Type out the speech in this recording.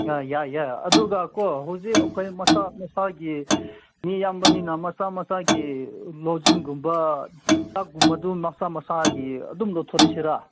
ꯑꯪ ꯌꯥꯏ ꯌꯥꯏ ꯑꯗꯨꯒꯀꯣ ꯍꯧꯖꯤꯛ ꯑꯩꯈꯣꯏ ꯃꯁꯥ ꯃꯁꯥꯒꯤ ꯃꯤ ꯌꯥꯝꯕꯅꯤꯅ ꯃꯁꯥ ꯃꯁꯥꯒꯤ ꯂꯣꯖꯤꯡꯒꯨꯝꯕ ꯆꯥꯛꯀꯨꯝꯕꯗꯣ ꯃꯁꯥ ꯃꯁꯥꯒꯤ ꯑꯗꯨꯝ ꯂꯧꯊꯣꯔꯁꯤꯔꯥ